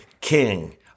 king